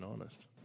honest